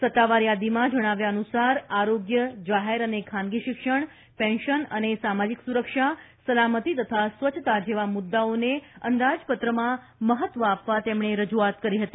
સત્તાવાર યાદીમાં જણાવ્યા અનુસાર આરોગ્ય જાહેર અને ખાનગી શિક્ષણ પેન્શન અને સામાજિક સુરક્ષા સલામતિ તથા સ્વચ્છતા જેવા મુદ્દાઓને અંદાજપત્રમાં મહત્વ આપવા તેમણે રજુઆત કરી હતી